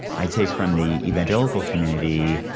i'd say, from the evangelical community,